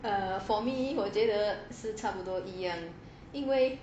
err for me 我觉得是差不多一样因为